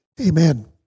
Amen